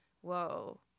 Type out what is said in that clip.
whoa